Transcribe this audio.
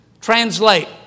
Translate